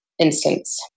instance